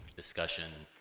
discussion